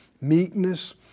meekness